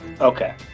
Okay